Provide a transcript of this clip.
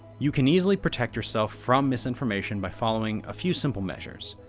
you can easily protect yourself from misinformation by following a few simple measures.